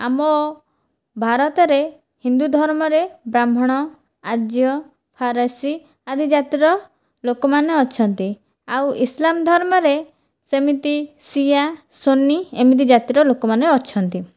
ଆମ ଭାରତରେ ହିନ୍ଦୁ ଧର୍ମରେ ବ୍ରାହ୍ମଣ ଆର୍ଯ୍ୟ ଫାରାସି ଆଦି ଜାତିର ଲୋକମାନେ ଅଛନ୍ତି ଆଉ ଇସଲାମ ଧର୍ମରେ ସେମିତି ସିୟା ସୋନି ଏମିତି ଜାତିର ଲୋକମାନେ ଅଛନ୍ତି